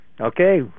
Okay